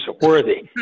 Worthy